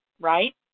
right